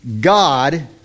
God